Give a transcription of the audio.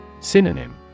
Synonym